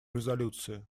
резолюции